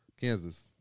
Kansas